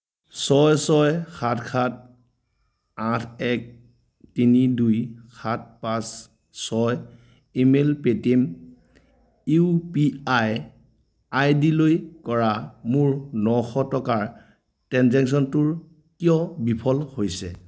ছয় ছয় সাত সাত আঠ এক তিনি দুই সাত পাঁচ ছয় ইমেইল পে'টিএম ইউপিআই আইডিলৈ কৰা মোৰ নশ টকাৰ ট্ৰেঞ্জেক্শ্য়নটোৰ কিয় বিফল হৈছে